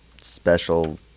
special